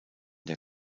der